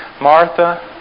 Martha